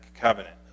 covenant